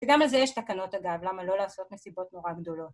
וגם על זה יש תקנות, אגב, למה לא לעשות מסיבות נורא גדולות.